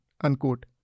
Unquote